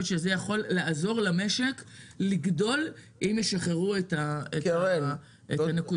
שזה יכול לעזור למשק לגדול אם ישחררו את הנקודה הזאת.